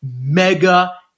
mega